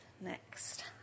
next